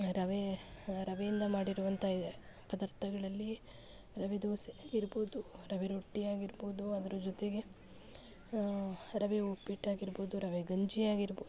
ರವೆ ರವೆಯಿಂದ ಮಾಡಿರುವಂಥ ಪದಾರ್ಥಗಳಲ್ಲಿ ರವೆ ದೋಸೆ ಆಗಿರ್ಬೋದು ರವೆ ರೊಟ್ಟಿ ಆಗಿರ್ಬೋದು ಅದ್ರ ಜೊತೆಗೆ ರವೆ ಉಪ್ಪಿಟ್ಟು ಆಗಿರ್ಬೋದು ರವೆ ಗಂಜಿ ಆಗಿರ್ಬೋದು